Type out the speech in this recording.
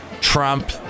Trump